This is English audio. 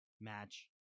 match